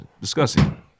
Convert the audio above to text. discussing